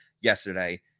yesterday